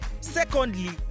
Secondly